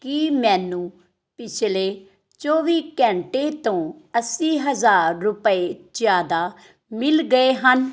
ਕੀ ਮੈਨੂੰ ਪਿਛਲੇ ਚੌਵੀ ਘੰਟੇ ਤੋਂ ਅੱਸੀ ਹਜ਼ਾਰ ਰੁਪਏ ਜ਼ਿਆਦਾ ਮਿਲ ਗਏ ਹਨ